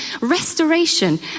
restoration